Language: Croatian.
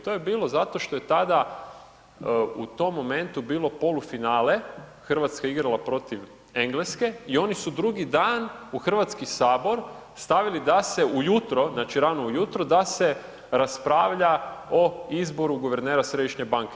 To je bilo zato što je tada u tom momentu bilo polufinale, Hrvatska je igrala protiv Engleske i oni su drugi dan u Hrvatski sabor stavili da se ujutro, znači rano ujutro da se raspravlja o izboru guvernera središnje banke.